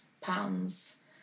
pounds